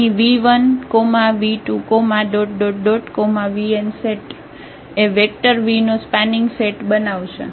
અહીં v1 v2 vn set એ vector v નો સ્પાનિંગ સેટ બનાવશે